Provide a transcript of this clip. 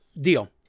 deal